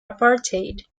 apartheid